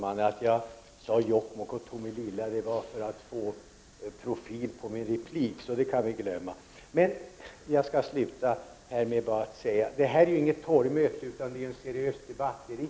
Herr talman! Det var för att få profil på min replik som jag sade Jokkmokk och Tomelilla. Det här är inget torgmöte utan en seriös debatt i riksdagen.